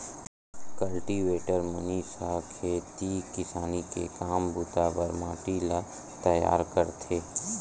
cultivator machine ह खेती किसानी के काम बूता बर माटी ल तइयार करथे